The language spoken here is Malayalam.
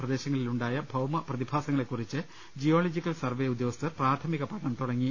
പ്രദേശങ്ങളിലുണ്ടായ ഭൌമ പ്രതിഭാസങ്ങളെക്കുറിച്ച് ജിയോളജിക്കൽ സർവ്വെ ഉദ്യോഗസ്ഥർ പ്രാഥമിക പഠനം തുടങ്ങി